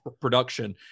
production